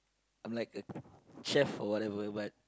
I'm like a chef or whatever but